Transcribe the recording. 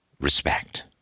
respect